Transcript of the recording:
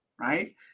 right